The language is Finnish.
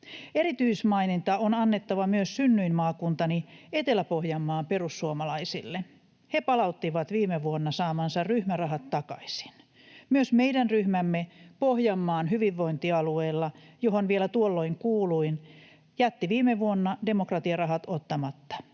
Erityismaininta on annettava myös synnyinmaakuntani Etelä-Pohjanmaan perussuomalaisille. He palauttivat viime vuonna saamansa ryhmärahat takaisin. Myös Pohjanmaan hyvinvointialueella meidän ryhmämme, johon vielä tuolloin kuuluin, jätti viime vuonna demokratiarahat ottamatta.